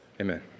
amen